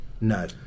No